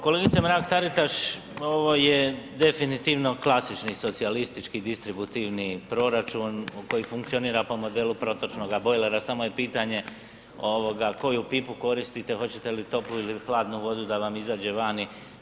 Kolegice Mrak-Taritaš, ovo je definitivno klasični socijalistički distributivni proračun u koji funkcionira po modelu protočnoga bojlera, samo je pitanje koju pipu koristite, hoćete li toplu ili hladnu vodu da vam izađe vani.